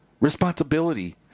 responsibility